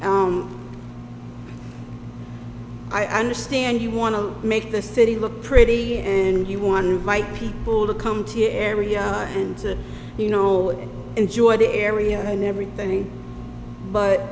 i understand you want to make the city look pretty and you want to fight people to come to your area to you know enjoy the area and everything but